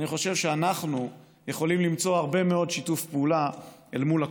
אני חושב שאנחנו יכולים למצוא הרבה מאוד שיתוף פעולה אל מול הכורדים,